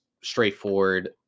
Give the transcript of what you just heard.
straightforward